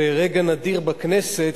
זה רגע נדיר בכנסת,